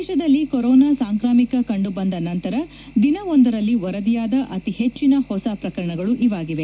ದೇಶದಲ್ಲಿ ಕೊರೊನಾ ಸಾಂಕ್ರಾಮಿಕ ಕಂಡು ಬಂದ ನಂತರ ದಿನವೊಂದರಲ್ಲಿ ವರದಿಯಾದ ಅತಿ ಹೆಚ್ಚಿನ ಹೊಸ ಪ್ರಕರಣಗಳು ಇವಾಗಿವೆ